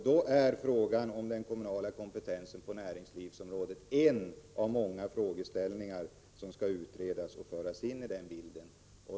Då är den kommunala kompetensen på näringslivsområdet en av många frågeställningar som skall utredas och tas med i bilden.